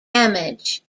damage